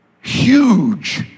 Huge